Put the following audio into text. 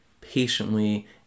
patiently